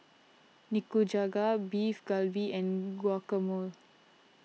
Nikujaga Beef Galbi and Guacamole